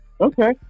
okay